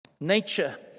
Nature